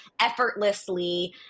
effortlessly